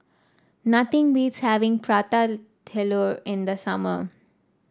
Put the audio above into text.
nothing beats having Prata Telur in the summer